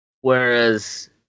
Whereas